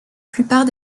plupart